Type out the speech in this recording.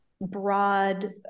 broad